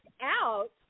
out